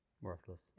Worthless